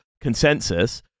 consensus